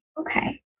Okay